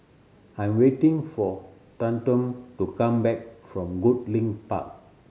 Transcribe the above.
I am waiting for Tatum to come back from Goodlink Park